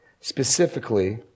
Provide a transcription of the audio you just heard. specifically